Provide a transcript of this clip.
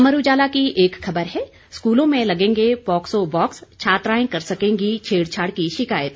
अमर उजाला की एक खबर है स्कूलों में लगेंगे पोक्सो बॉक्स छात्राए कर सकेंगी छेड़छाड़ की शिकायत